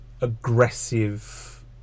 aggressive